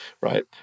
right